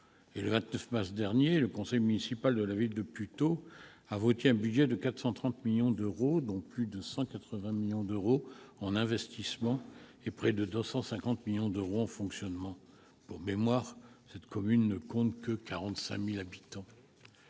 Le 29 mars dernier, le conseil municipal de la ville de Puteaux a voté un budget de 430 millions d'euros, dont plus de 180 millions d'euros en investissement et près de 250 millions d'euros en fonctionnement. Pour mémoire, cette commune ne compte « que » 45 000 habitants.